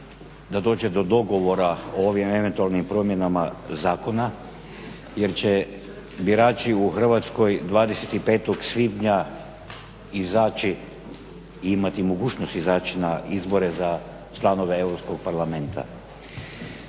da dođe do dogovora o ovim eventualnim promjenama zakona jer će birači u Hrvatskoj 25. svibnja izaći i imati mogućnost izaći na izbore za članove Europskog parlamenta.